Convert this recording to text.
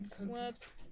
Whoops